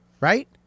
Right